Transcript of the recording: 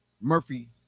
murphy